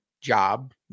job